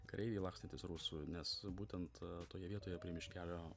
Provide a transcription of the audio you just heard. kareiviai lakstantys rusų nes būtent toje vietoje prie miškelio